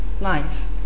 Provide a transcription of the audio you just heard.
life